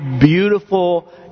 beautiful